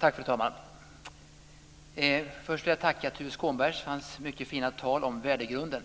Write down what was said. Fru talman! Först vill jag tacka Tuve Skånberg för hans mycket fina tal om värdegrunden.